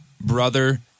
brother